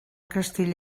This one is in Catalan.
castell